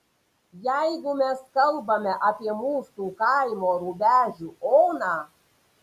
jeigu mes kalbame apie mūsų kaimo rubežių oną